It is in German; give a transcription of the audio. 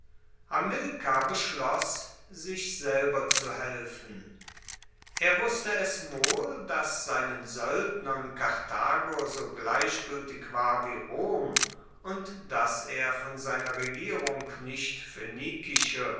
hamilkar beschloss sich selber zu helfen er wusste es wohl dass seinen soeldnern karthago so gleichgueltig war wie rom und dass er von seiner regierung nicht